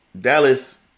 Dallas